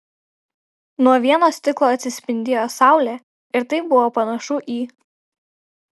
nuo vieno stiklo atsispindėjo saulė ir tai buvo panašu į